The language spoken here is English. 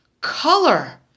color